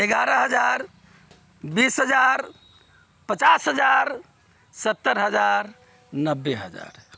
एगारह हजार बीस हजार पचास हजार सत्तरि हजार नब्बे हजार